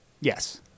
Yes